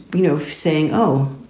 you know, saying, oh,